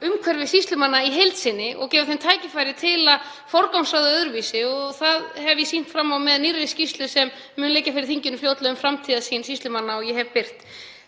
svigrúm sýslumanna í heild sinni og gefa þeim tækifæri til að forgangsraða öðruvísi. Það hef ég sýnt fram á með nýrri skýrslu sem mun liggja fyrir þinginu fljótlega um framtíðarsýn sýslumanna sem ég hef birt.